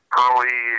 early